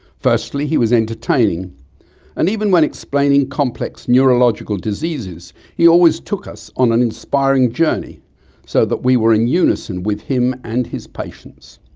firstly he was entertaining and even when explaining complex neurological diseases he always took us on an inspiring journey so that we were in unison with him and his patients.